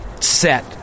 Set